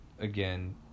again